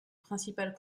principal